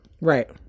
Right